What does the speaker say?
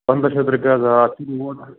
پنٛداہ شَتھ رۄپیہِ حظ ژٕ یہِ یور